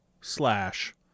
slash